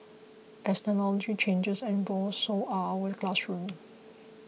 as technology changes and evolves so are our classrooms